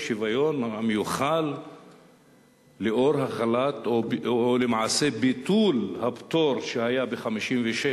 השוויון המיוחל לאור החלת או למעשה ביטול הפטור שהיה ב-1956